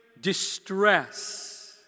distress